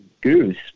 goose